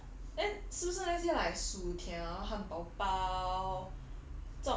fast food ah then 是不是那些 like 薯条汉堡包